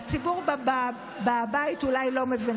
הציבור בבית אולי לא מבין,